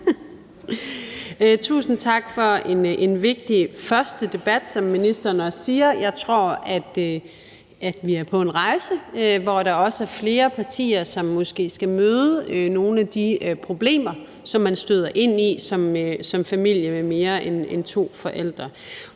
Tusind tak for en vigtig første debat, som ministeren også siger. Jeg tror, at vi er på en rejse, hvor der måske er flere partier, som skal møde nogle af de problemer, som man støder ind i som familie med mere end to forældre.